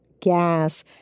gas